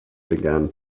began